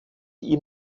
ihm